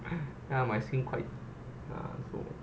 ya my skin quite ya so